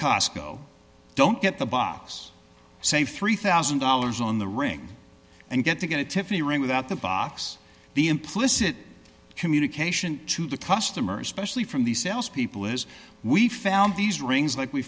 costco don't get the box say three thousand dollars on the ring and get to get a tiffany ring without the box the implicit communication to the customer specially from these sales people is we found these rings like we